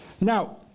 Now